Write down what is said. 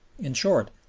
in short,